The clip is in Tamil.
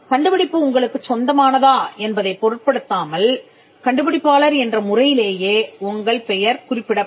கண்டுபிடிப்பு உங்களுக்குச் சொந்தமானதா என்பதைப் பொருட்படுத்தாமல் கண்டுபிடிப்பாளர் என்ற முறையிலேயே உங்கள் பெயர் குறிப்பிடப்படும்